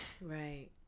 right